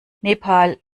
nepal